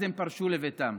אז הם פרשו לביתם.